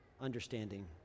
understanding